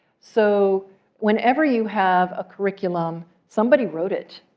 so whenever you have a curriculum, somebody wrote it.